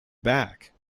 back